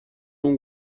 اون